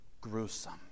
gruesome